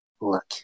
Look